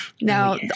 Now